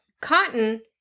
Cotton